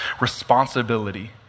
responsibility